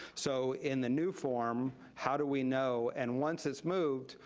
so in the new form, how do we know? and once it's moved,